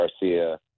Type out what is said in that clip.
garcia